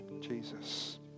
Jesus